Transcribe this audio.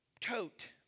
tote